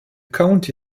county